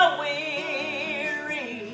weary